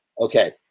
Okay